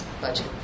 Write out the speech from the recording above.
budget